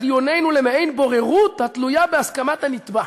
דיוננו למעין בוררות התלויה בהסכמת הנתבע.